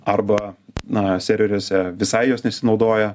arba na serveriuose visai jos nesinaudoja